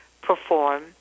perform